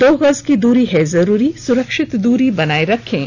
दो गज की दूरी है जरूरी सुरक्षित दूरी बनाए रखें